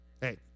Hey